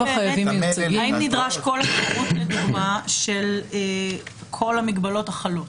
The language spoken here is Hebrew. האם נדרש כל הפירוט של כל המגבלות החלות,